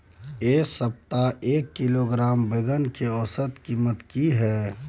ऐ सप्ताह एक किलोग्राम बैंगन के औसत कीमत कि हय?